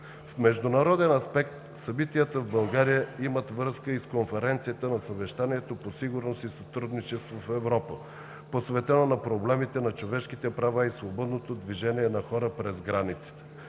В международен аспект събитията в България имат връзка и с конференцията на Съвета за сигурност и сътрудничество в Европа посветена на проблемите на човешките права и свободното движение на хора през границите,